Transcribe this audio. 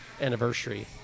anniversary